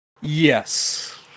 Yes